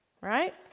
Right